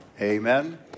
Amen